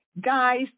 guys